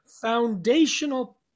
foundational